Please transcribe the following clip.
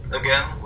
again